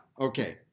okay